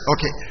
Okay